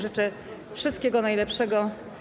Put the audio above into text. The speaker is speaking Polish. Życzę wszystkiego najlepszego.